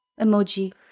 emoji